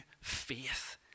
faith